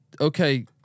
okay